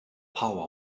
power